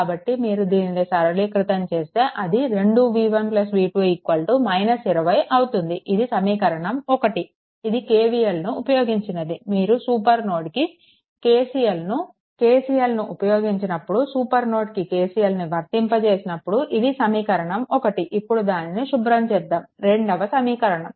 కాబట్టి మీరు దీన్ని సరళీకృతం చేస్తే అది 2v1 v2 20 అవుతుంది ఇది సమీకరణం 1 ఇది KCLను ఉపయోగించినది మీరు సూపర్ నోడ్కు KCLను ఉపయోగించినప్పుడు సూపర్ నోడ్కు KCLను వర్తింపజేస్తున్నప్పుడు ఇది సమీకరణం 1 ఇప్పుడు దాన్ని శుభ్రం చేద్దాం రెండవ సమీకరణం